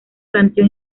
planteó